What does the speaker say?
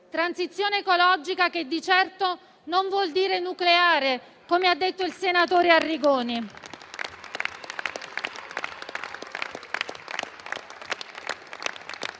transizione ecologica, che di certo non vuol dire nucleare, come ha detto il senatore Arrigoni.